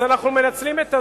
אז אנחנו מנצלים את הזמן,